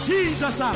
Jesus